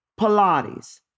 Pilates